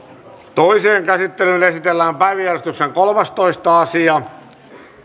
toiseen käsittelyyn esitellään päiväjärjestyksen kolmastoista asia